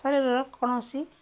ଶରୀରର କୌଣସି